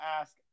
ask